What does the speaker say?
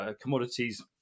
commodities